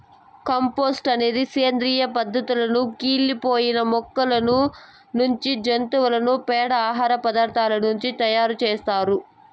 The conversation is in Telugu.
కంపోస్టు అనేది సేంద్రీయ పదార్థాల కుళ్ళి పోయిన మొక్కల నుంచి, జంతువుల పేడ, ఆహార పదార్థాల నుంచి తయారు చేత్తారు